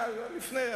לפני.